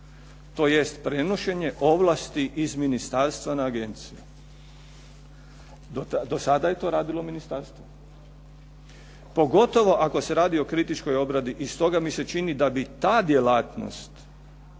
tj. prenošenje ovlasti iz ministarstva na agenciju. Do sada je to radilo ministarstvo, pogotovo ako se radi o kritičkoj obradi. I stoga mi se čini da bi ta djelatnost